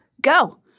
go